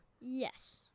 Yes